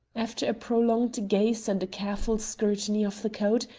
after a prolonged gaze and a careful scrutiny of the code,